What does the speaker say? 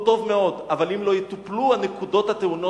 הוא טוב מאוד, אבל אם לא יטופלו הנקודות הטעונות